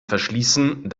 verschließen